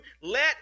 let